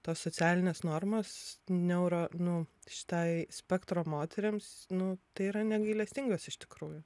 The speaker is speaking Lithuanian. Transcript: tos socialinės normos neuro nu šitai spektro moterims nu tai yra negailestingas iš tikrųjų